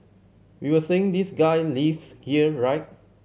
we were saying this guy lives here right